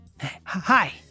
Hi